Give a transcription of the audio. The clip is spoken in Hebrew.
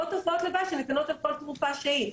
תופעות לוואי שניתנות לכל תרופה שהיא.